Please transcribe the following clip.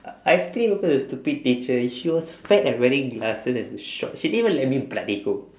I think it's because of the stupid teacher she was fat and wearing glasses and short she didn't even let me bloody go